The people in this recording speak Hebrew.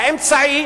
האמצעי